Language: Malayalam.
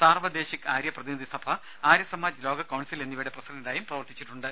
സാർവ്വ ദേശിക് ആര്യ പ്രതിനിധി സഭ ആര്യ സമാജ് ലോക കൌൺസിൽ എന്നിവയുടെ പ്രസിഡന്റായും പ്രവർത്തിച്ചിട്ടുണ്ട്